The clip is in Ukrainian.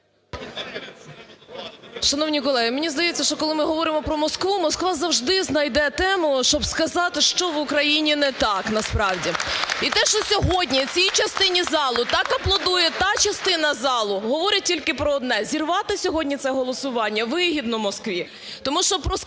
Шановні колеги, мені здається, що, коли ми говоримо про Москву, Москва завжди знайде тему, щоб сказати, що в Україні не так насправді. І те, що сьогодні цій частині залу так аплодує та частина залу говорить тільки про одне – зірвати сьогодні це голосування вигідно Москві,